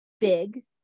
big